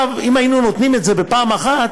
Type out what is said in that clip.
אם היינו נותנים את זה בפעם אחת,